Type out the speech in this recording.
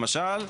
למשל,